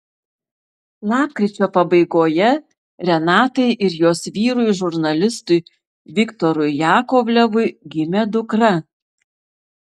lapkričio pabaigoje renatai ir jos vyrui žurnalistui viktorui jakovlevui gimė dukra